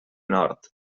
nord